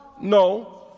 No